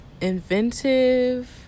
inventive